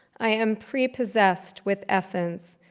i am pre-possessed with essence,